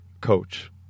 coach